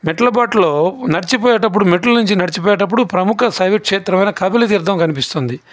మెట్లపాటలో నడిచిపోయేటప్పుడు మెట్లు నుంచి నడిచిపోయేటప్పుడు ప్రముఖ శైవ క్షేత్రమైన కపిల తీర్థం కనిపిస్తుంది